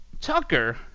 Tucker